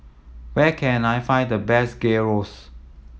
where can I find the best Gyros